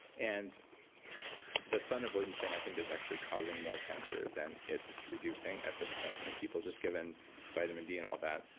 and the sun avoidance thing i think is actually causing more cancer than it's reducing at this point and people just given vitamin d and all that.